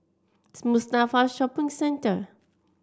Mustafa Shopping Centre